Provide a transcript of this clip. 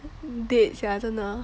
dead sia 真的